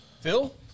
Phil